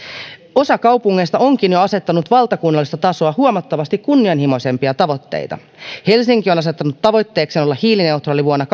osa kaupungeista onkin jo asettanut valtakunnallista tasoa huomattavasti kunnianhimoisempia tavoitteita helsinki on asettanut tavoitteekseen olla hiilineutraali vuonna